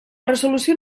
resolució